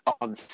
on